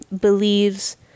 believes